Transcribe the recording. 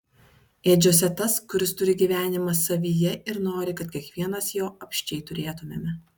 ėdžiose tas kuris turi gyvenimą savyje ir nori kad kiekvienas jo apsčiai turėtumėme